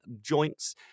joints